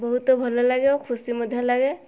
ବହୁତ ଭଲ ଲାଗେ ଓ ଖୁସି ମଧ୍ୟ ଲାଗେ